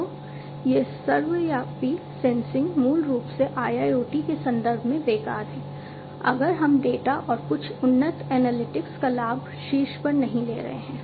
तो यह सर्वव्यापी सेंसिंग का लाभ शीर्ष पर नहीं ले रहे हैं